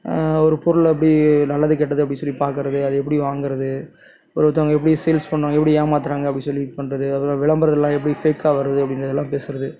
ஒரு பொருளை எப்படி நல்லது கெட்டது அப்படி சொல்லி பாக்கறது அது எப்படி வாங்கறது ஒருத்தவங்க எப்படி சேல்ஸ் பண்ணுவாங்க எப்படி ஏமாத்தறாங்க அப்படி சொல்லி இது பண்றது அப்பறம் விளம்பரத்துலெல்லாம் எப்படி ஃபேக்கா வருது அப்படிங்கிறதெல்லாம் பேசுறது